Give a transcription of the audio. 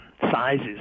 sizes